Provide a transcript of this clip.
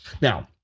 Now